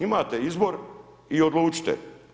Imate izbor i odlučite.